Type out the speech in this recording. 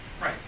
Right